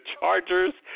Chargers